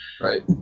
right